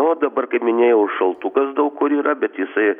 o dabar kaip minėjau šaltukas daug kur yra bet jisai